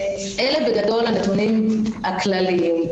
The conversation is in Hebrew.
אלה, בגדול, הנתונים הכלליים.